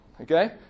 Okay